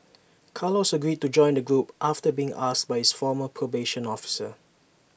Carlos agreed to join the group after being asked by his former probation officer